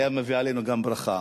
היה מביא עלינו גם ברכה.